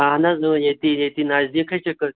اَہَن حظ ییٚتی ییٚتی نٔزدیٖکھٕے چھِ